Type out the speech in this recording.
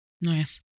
Nice